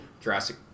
Jurassic